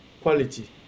Quality